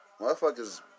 motherfuckers